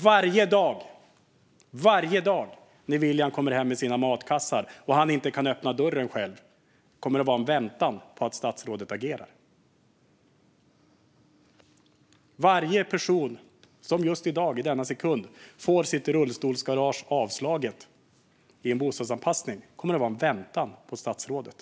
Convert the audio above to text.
Varje dag när William kommer hem med sina matkassar och inte kan öppna dörren själv kommer det att vara en väntan på att statsrådet agerar. För varje person som fått sin ansökan om bostadsanpassning i form av rullstolsgarage avslagen är det just i dag i denna sekund en väntan på statsrådet.